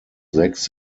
sechs